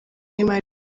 y’imari